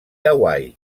hawaii